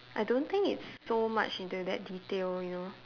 I don't think it's so much into that detail you know